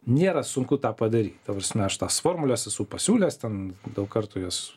nėra sunku tą padaryt ta prasme aš tas formules esu pasiūlęs ten daug kartų jos